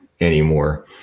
anymore